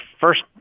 first